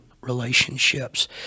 relationships